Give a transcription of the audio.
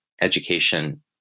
education